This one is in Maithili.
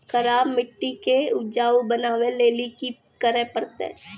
खराब मिट्टी के उपजाऊ बनावे लेली की करे परतै?